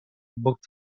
book